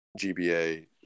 gba